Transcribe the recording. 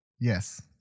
Yes